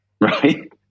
Right